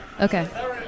Okay